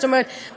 זאת אומרת,